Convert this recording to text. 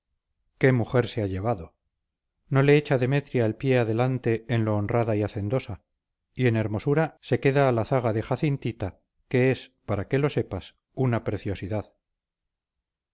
qué mujer se ha llevado no le echa demetria el pie adelante en lo honrada y hacendosa y en hermosura se queda a la zaga de jacintita que es para que lo sepas una preciosidad